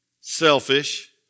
selfish